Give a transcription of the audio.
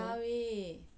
manta rays